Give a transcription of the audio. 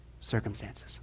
circumstances